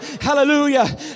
Hallelujah